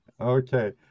Okay